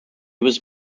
was